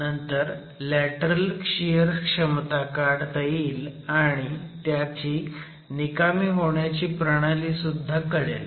नंतर lateral shear क्षमता काढता येईल आणि त्याची निकामी होण्याची प्रणाली सुद्धा कळेल